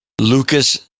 Lucas